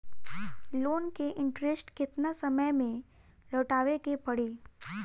Loan के interest केतना समय में लौटावे के पड़ी?